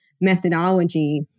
methodology